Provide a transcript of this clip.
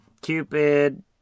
Cupid